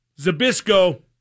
Zabisco